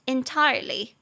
Entirely